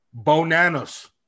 Bonanos